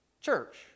church